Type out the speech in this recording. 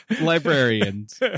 librarians